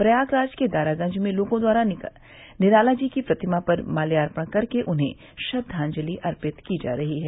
प्रयागराज के दारागंज में लोगों द्वारा निराला जी की प्रतिमा पर माल्यापर्ण कर के उन्हें श्रद्वाजंलि अर्पित की जा रही है